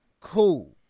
Cool